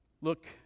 Look